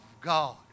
God